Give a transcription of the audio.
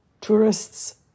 tourists